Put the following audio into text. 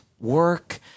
work